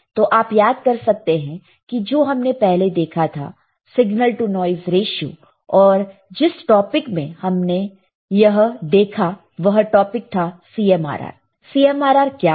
तो आप याद कर सकते हैं जो हमने पहले देखा था सिगनल टु नॉइस रेशीयो और जिस टॉपिक में हमने वह देखा वह टॉपिक था CMRR CMRR क्या है